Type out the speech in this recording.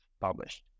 published